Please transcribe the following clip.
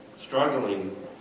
struggling